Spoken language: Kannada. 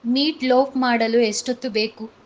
ಮೀಟ್ ಲೋಫ್ ಮಾಡಲು ಎಷ್ಟೊತ್ತು ಬೇಕು